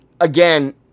again